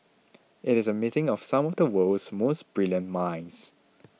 it is a meeting of some of the world's most brilliant minds